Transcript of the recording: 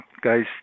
guys